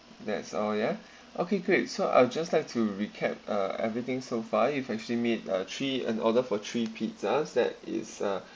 that's all ya okay great so I'll just like to recap uh everything so far you've actually made uh three an order for three pizzas that is uh